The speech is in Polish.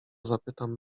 zapytam